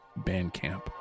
Bandcamp